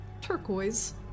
turquoise